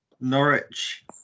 Norwich